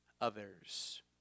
others